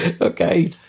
Okay